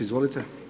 Izvolite.